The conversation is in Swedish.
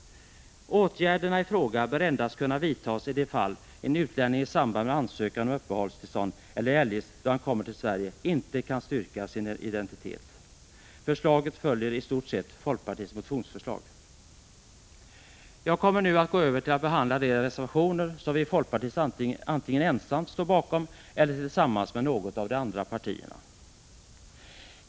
Åtgärderna i fråga bör endast kunna vidtas i de fall en utlänning i samband med ansökan om uppehållstillstånd eller eljest då han kommer till Sverige inte kan styrka sin identitet. Förslaget följer i stort sett folkpartiets motionsförslag. Jag kommer nu att gå över till att behandla de reservationer som vi i folkpartiet antingen ensamt står bakom eller tillsammans med något av de andra partierna.